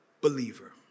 believer